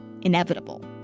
inevitable